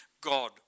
God